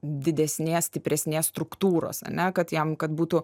didesnės stipresnės struktūros ane kad jam kad būtų